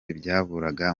ibyaburaga